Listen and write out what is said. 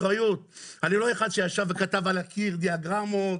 אני לא אחד שישב וכתב על הקיר דיאגרמות,